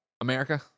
america